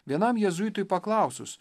vienam jėzuitui paklausus